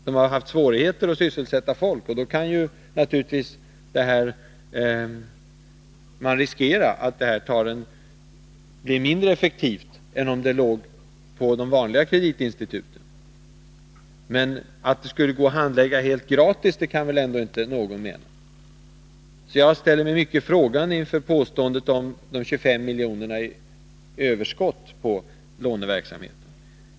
De har haft svårigheter att sysselsätta folk, och därför finns risk för att verksamheten är mindre effektiv än om uppgiften låg på de vanliga kreditinstituten. Men ingen kan väl ändå mena att det skulle gå att handlägga lånen helt gratis! Jag ställer mig alltså mycket frågande till uppgiften om att det skulle bli 25 miljoner i överskott på låneverksamheten.